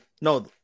No